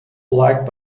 blocked